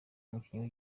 umukinnyi